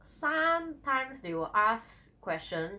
sometimes they will ask question